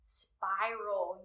spiral